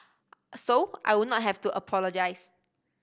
so I would not have to apologise